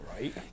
right